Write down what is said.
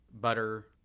butter